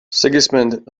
sigismund